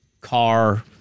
car